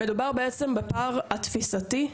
מדובר בפער התפיסתי,